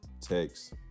text